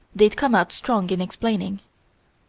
they'd come out strong in explaining.